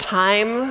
time